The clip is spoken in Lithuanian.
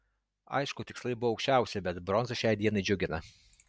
aišku tikslai buvo aukščiausi bet bronza šiai dienai džiugina